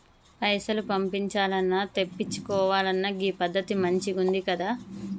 పైసలు పంపించాల్నన్నా, తెప్పిచ్చుకోవాలన్నా గీ పద్దతి మంచిగుందికదా